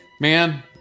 man